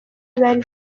zari